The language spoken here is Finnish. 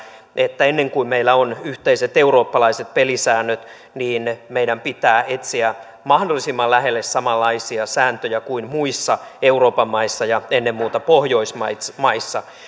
että ennen kuin meillä on yhteiset eurooppalaiset pelisäännöt niin meidän pitää etsiä mahdollisimman lähelle samanlaisia sääntöjä kuin muissa euroopan maissa ja ennen muuta pohjoismaissa